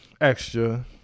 extra